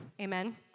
Amen